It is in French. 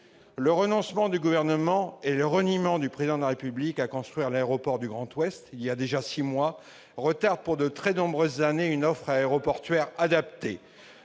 Le renoncement du Gouvernement et le reniement du Président de la République à construire l'aéroport du Grand Ouest, voilà déjà six mois, retarde pour de très nombreuses années une offre aéroportuaire adaptée.